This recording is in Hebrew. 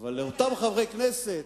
אבל לאותם חברי כנסת,